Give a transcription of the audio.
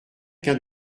qu’un